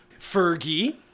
Fergie